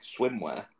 swimwear